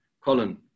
Colin